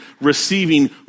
receiving